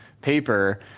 paper